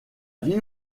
vie